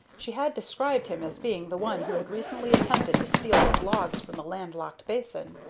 she had described him as being the one who had recently attempted to steal his logs from the land-locked basin.